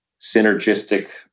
synergistic